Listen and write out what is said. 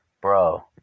bro